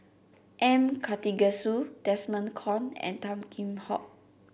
M Karthigesu Desmond Kon and Tan Kheam Hock